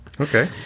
Okay